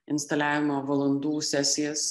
instaliavimo valandų sesijas